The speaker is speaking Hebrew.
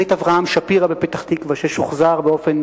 בית אברהם שפירא בפתח-תקווה ששוחזר באופן